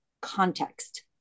context